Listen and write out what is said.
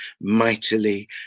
mightily